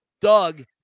Doug